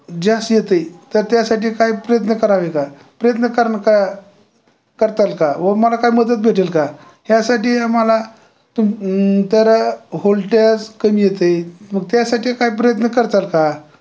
जास्त येते आहे तर त्यासाठी काय प्रयत्न करावे का प्रयत्न करणं का करताल का व मला काय मदत भेटेल का ह्यासाठी आम्हाला तुम तर होल्ट्यास कमी येते मग त्यासाठी काय प्रयत्न करताल का